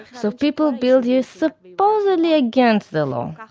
so people build here supposedly against the law.